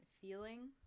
feeling